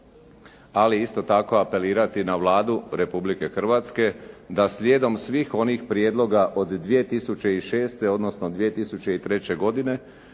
ali isto tako apelirati na Vladu Republike Hrvatske da slijedom svih onih prijedloga od 2006. odnosno 2003. godine,